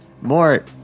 more